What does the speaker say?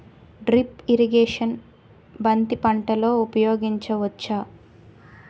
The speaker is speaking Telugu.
డ్రిప్ ఇరిగేషన్ బంతి పంటలో ఊపయోగించచ్చ?